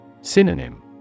Synonym